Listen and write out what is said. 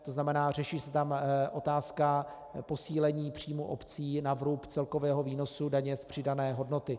To znamená, řeší se tam otázka posílení příjmů obcí na vrub celkového výnosu daně z přidané hodnoty.